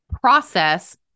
process